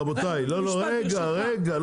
רגע, רגע.